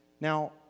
Now